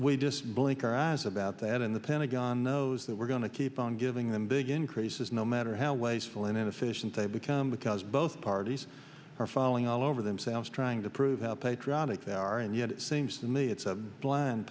we just blink our eyes about that in the pentagon knows that we're going to keep on giving them big increases no matter how wasteful and inefficient they become because both parties are falling all over themselves trying to prove how patriotic they are and yet it seems to me it's a blind